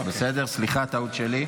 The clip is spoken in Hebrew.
סליחה, טעות שלי.